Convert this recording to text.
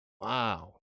Wow